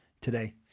today